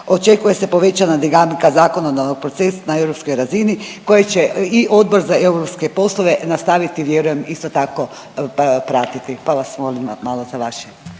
Očekuje se povećana dinamika zakonodavnog procesa na europskoj razini koji će i Odbor za europske poslove nastaviti vjerujem isto tako pratiti pa vas molim malo za vaše